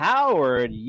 Howard